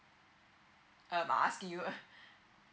uh I'm asking you ah